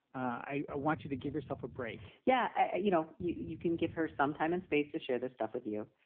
i want you to give yourself a break yeah. you know, you can give her some time and space to share this stuff with you.